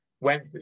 went